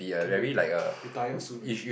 can be retired soon already